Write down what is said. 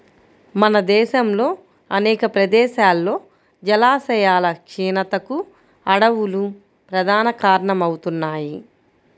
మన దేశంలో అనేక ప్రదేశాల్లో జలాశయాల క్షీణతకు అడవులు ప్రధాన కారణమవుతున్నాయి